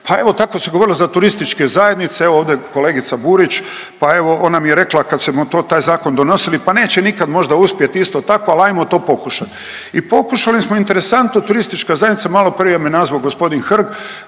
Pa evo tako se govorilo za TZ, evo ovdje kolegica Burić pa evo ona mi je rekla kad smo to taj zakon donosili pa neće nikad možda uspjet isto tako a lajmo to pokušat. I pokušali smo, interesantno TZ maloprije me nazvao g. Hrg